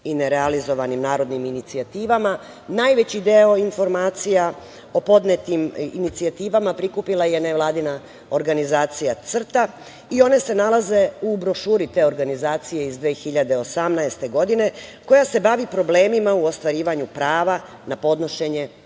i nerealizovanim narodnim inicijativama. Najveći deo informacija o podnetim inicijativama prikupila je nevladina organizacija CRTA i one se nalaze u brošuri te organizacije iz 2018. godine, koja se bavi problemima u ostvarivanju prava na podnošenje